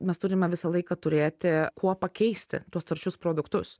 mes turime visą laiką turėti kuo pakeisti tuos taršius produktus